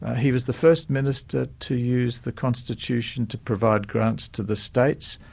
he was the first minister to use the constitution to provide grants to the states,